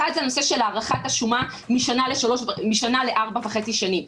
אחת זה הנושא של הארכת השומה משנה לארבע וחצי שנים.